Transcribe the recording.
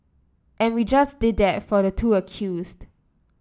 and we just did that for the two accused